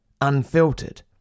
Unfiltered